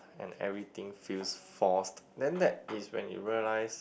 and everything feels forced then that's when you realise